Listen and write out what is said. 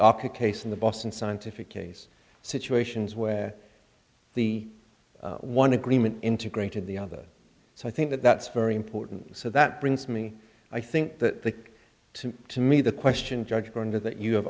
opposite case in the boston scientific case situations where the one agreement integrated the other so i think that that's very important so that brings me i think that to to me the question judge going to that you have